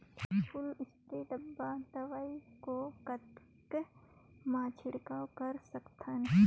एक full spray डब्बा दवाई को कतेक म छिड़काव कर सकथन?